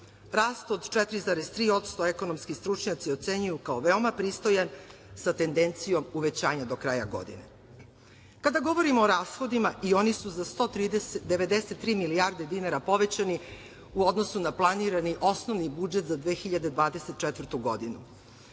Rast od 4,3% ekonomski stručnjaci ocenjuju kao veoma pristojan sa tendencijom uvećanja do kraja godine. Kada govorimo o rashodima i oni su za 193 milijarde povećani u odnosu na planirani osnovni budžet za 2024. godinu.